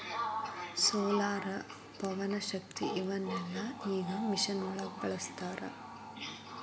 solar, ಪವನಶಕ್ತಿ ಇವನ್ನೆಲ್ಲಾ ಈಗ ಮಿಷನ್ ಒಳಗ ಬಳಸತಾರ